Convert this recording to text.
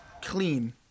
clean